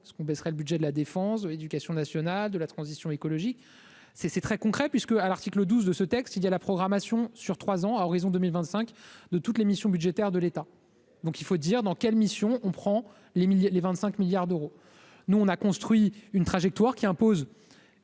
ce qu'on baissera le budget de la défense de l'éducation nationale, de la transition écologique c'est c'est très concret, puisque à l'article 12 de ce texte, il y a la programmation sur 3 ans à horizon 2025 de toutes les missions budgétaires de l'État, donc il faut dire dans quelle mission on prend les les 25 milliards d'euros, nous, on a construit une trajectoire qui impose.